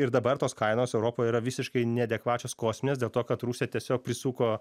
ir dabar tos kainos europoje yra visiškai neadekvačios kosminės dėl to kad rusija tiesiog prisuko